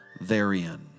therein